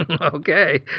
okay